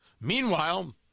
Meanwhile